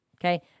Okay